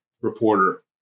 reporter